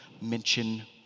mention